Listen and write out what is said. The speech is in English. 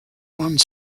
one